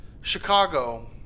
Chicago